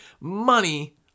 money